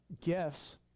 gifts